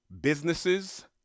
businesses